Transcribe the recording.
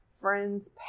friends